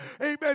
Amen